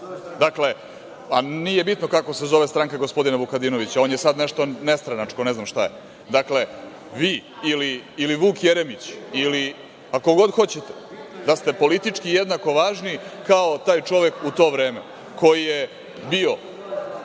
nije bitno kako se zove stranka gospodina Vukadinovića, on je sad nešto nestranačko, ne znam šta je. Dakle, vi ili Vuk Jeremić ili ko god hoćete da ste politički jednako važni kao taj čovek u to vreme koji je bio,